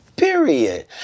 Period